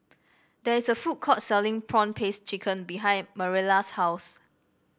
there is a food court selling prawn paste chicken behind Mariela's house